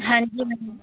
ਹਾਂਜੀ ਮੈਮ